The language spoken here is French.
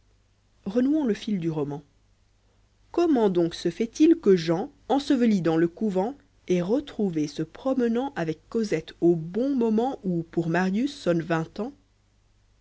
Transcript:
renouons le fil du roman comment donc se fait-il que jean enseveli dans le couvent est retrouvé se promenant avec coselte au bon moment où pour marius sonnent vingt ans